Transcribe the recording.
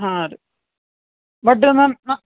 ಹಾಂ ರೀ ಬಟ್ ನನ್ನ ನಾ